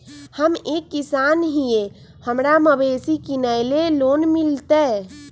हम एक किसान हिए हमरा मवेसी किनैले लोन मिलतै?